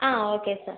ആ okay sir